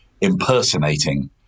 impersonating